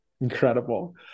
Incredible